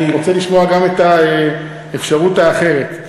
אני רוצה לשמוע גם את האפשרות האחרת.